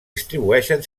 distribueixen